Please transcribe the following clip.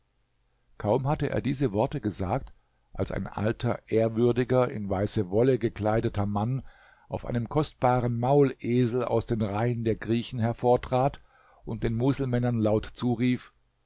kaum hatte er diese worte gesagt als ein alter ehrwürdiger in weiße wolle gekleideter mann auf einem kostbaren maulesel aus den reihen der griechen hervortrat und den muselmännern laut zurief